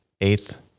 eighth